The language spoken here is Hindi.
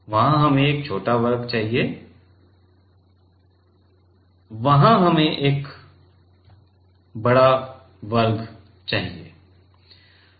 वहां हमें एक छोटा वर्ग चाहिए और वहां हमें एक बड़ा वर्ग चाहिए